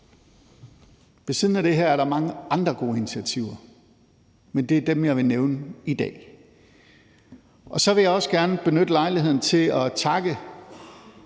siden af det her er der mange andre gode initiativer, men det er dem, jeg vil nævne i dag. Så vil også gerne benytte lejligheden til at takke